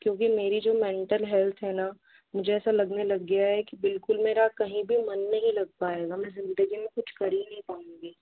क्योंकि मेरी जो मेंटल हेल्थ है ना मुझे ऐसा लगने लग गया है कि बिल्कुल मेरा कहीं भी मन नहीं लग पाएगा मैं जिंदगी में कुछ कर ही नहीं पाऊंगी